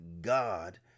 God